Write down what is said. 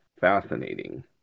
fascinating